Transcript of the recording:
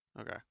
Okay